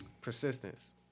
persistence